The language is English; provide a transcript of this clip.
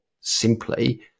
simply